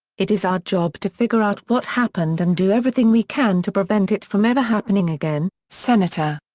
it is our job to figure out what happened and do everything we can to prevent it from ever happening again, senator.